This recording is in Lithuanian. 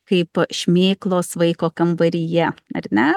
kaip šmėklos vaiko kambaryje ar ne